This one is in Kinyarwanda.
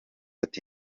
ati